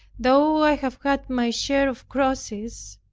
though i have had my share of crosses,